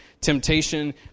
temptation